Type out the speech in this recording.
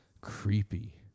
creepy